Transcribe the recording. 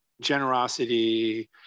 generosity